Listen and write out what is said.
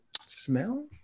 smell